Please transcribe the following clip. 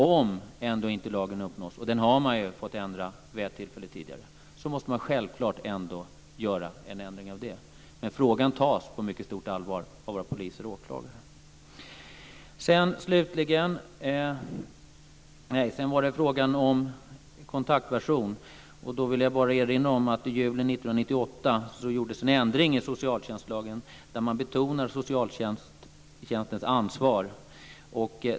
Om ändå inte lagens syften uppnås, och man har ju fått ändra den vid ett tillfälle tidigare, så måste man självklart göra en ändring. Men frågan tas på mycket stort allvar av våra poliser och åklagare. Sedan var det frågan om kontaktperson. Jag vill bara erinra om att i juli 1998 gjordes en ändring i socialtjänstlagen där man betonar socialtjänstens ansvar.